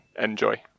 Enjoy